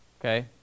Okay